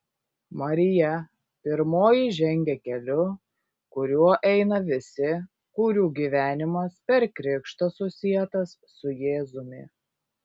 marija pirmoji žengia keliu kuriuo eina visi kurių gyvenimas per krikštą susietas su jėzumi